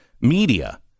media